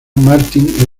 martin